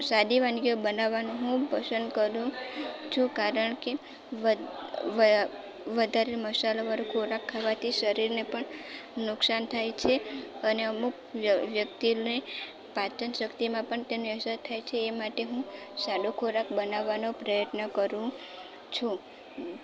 સાદી વાનગીઓ બનાવવાનું પસંદ કરું છું કારણકે વધારે મસાલાવાળો ખોરાક ખાવાથી શરીરને પણ નુકસાન થાય છે અને અમુક વ્યક્તિને પાચન શક્તિમાં પણ તેની અસર થાય છે તે માટે હું સાદો ખોરાક બનાવવાનો પ્રયત્ન કરું છું